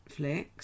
Netflix